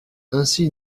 ainsi